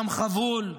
עם חבול,